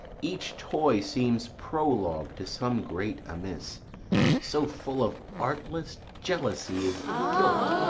each toy seems prologue to some great amiss so full of artless jealousy is guilt,